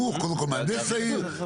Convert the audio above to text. או הפוך שקודם כל מהנדס העיר.